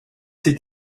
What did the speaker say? sie